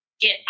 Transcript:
get